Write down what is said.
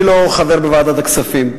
אני לא חבר בוועדת הכספים.